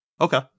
Okay